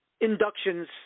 inductions